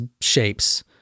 shapes